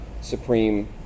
supreme